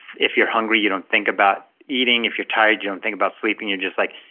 if you're hungry you don't think about eating, if you're tired, you don't think about sleeping you're just like,